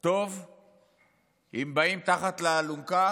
טוב אם באים מתחת לאלונקה